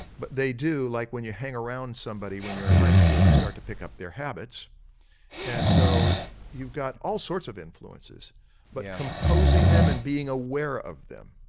but they do like when you hang around somebody when you're in high school, you start to pick up their habits and so you've got all sorts of influences but composing them and being aware of them.